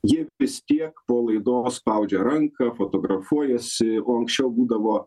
jie vis tiek po laidos spaudžia ranką fotografuojasi o anksčiau būdavo